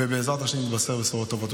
ובעזרת השם נתבשר בשורות טובות.